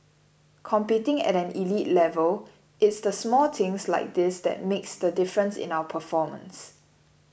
competing at an elite level it's the small things like this that makes the difference in our performance